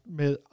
med